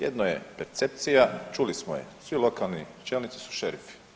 Jedno je percepcija, čuli smo je, svi lokalni čelnici su šerifi.